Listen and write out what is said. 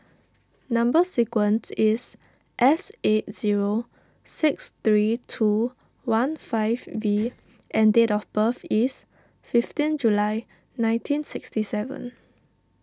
Number Sequence is S eight zero six three two one five V and date of birth is fifteen July nineteen sixty seven